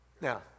Now